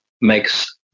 makes